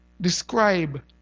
Describe